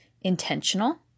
intentional